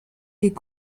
est